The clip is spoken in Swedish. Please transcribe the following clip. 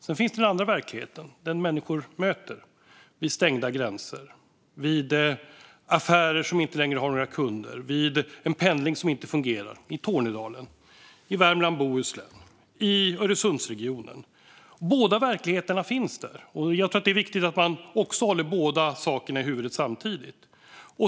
Sedan finns den andra verkligheten, den människor möter, med stängda gränser, affärer som inte längre har några kunder och pendling som inte fungerar - i Tornedalen, i Värmland, i Bohuslän, i Öresundsregionen. Båda verkligheterna finns, och jag tror att det är viktigt att man håller båda sakerna i huvudet samtidigt.